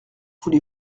voulez